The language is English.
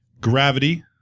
Gravity